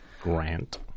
Grant